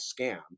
scam